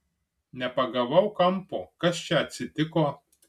nepagavau kampo kas čia atsitiko